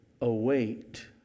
await